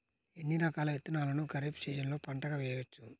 ఎన్ని రకాల విత్తనాలను ఖరీఫ్ సీజన్లో పంటగా వేయచ్చు?